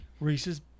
Reese's